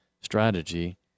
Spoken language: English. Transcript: strategy